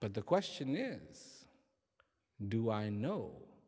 but the question is do i know